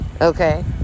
okay